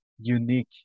unique